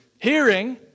hearing